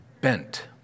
bent